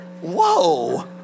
Whoa